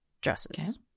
dresses